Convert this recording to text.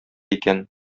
икән